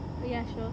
oh ya sure